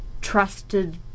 trusted